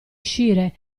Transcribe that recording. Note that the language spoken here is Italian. uscire